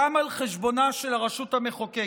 גם על חשבונה של הרשות המחוקקת.